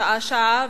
שעה-שעה,